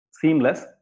seamless